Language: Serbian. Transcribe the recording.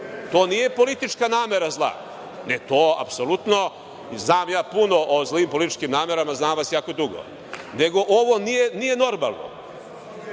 To nije politička namera zla, to apsolutno, znam ja puno o zlim političkim namerama, znam vas jako dugo, nego ovo nije normalno